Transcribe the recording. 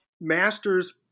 Masters